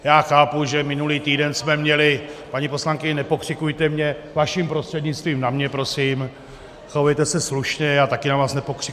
Já chápu, že minulý týden jsme měli paní poslankyně, nepokřikujte, vaším prostřednictvím, na mě prosím, chovejte se slušně, já taky vás nepokřikuju.